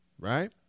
right